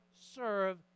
serve